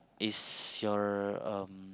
is your um